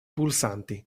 pulsanti